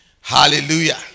Hallelujah